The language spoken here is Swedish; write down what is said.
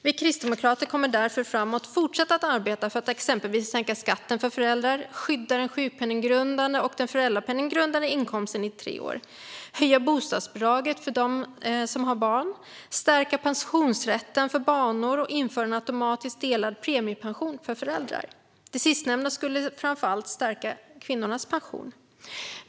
Vi kristdemokrater kommer därför att fortsätta arbeta för att exempelvis sänka skatten för föräldrar skydda den sjukpenninggrundande och föräldrapenninggrundande inkomsten i tre år höja bostadsbidraget för dem som har barn stärka pensionsrätten för barnår införa en automatiskt delad premiepension för föräldrar. Det sistnämnda skulle framför allt stärka kvinnornas pension.